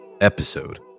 episode